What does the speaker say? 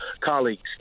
colleagues